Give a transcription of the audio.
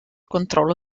controllo